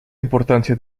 importancia